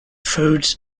foods